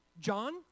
John